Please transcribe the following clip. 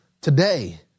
Today